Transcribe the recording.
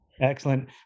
excellent